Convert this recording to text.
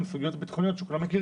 למישהו היא כבר גורם מסנן ואם אדם כבר